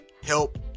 help